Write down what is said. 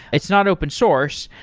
it's not open source,